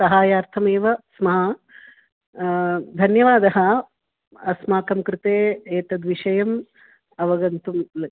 सहाय्यार्थमेव स्मः धन्यवादः अस्माकं कृते एतद्विषयम् अवगन्तुम्